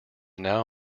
now